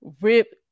rip